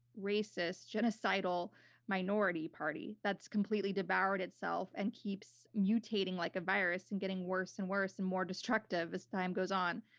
racist, genocidal minority party that's completely devoured itself and keeps mutating like a virus and getting worse and worse and more destructive as time goes on.